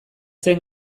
zen